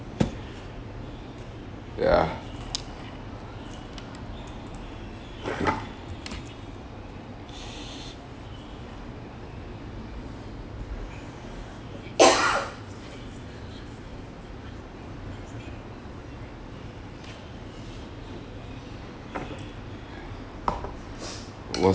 ya was